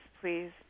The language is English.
Please